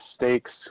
mistakes